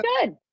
good